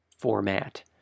format